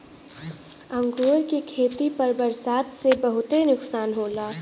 अंगूर के खेती पर बरसात से बहुते नुकसान होला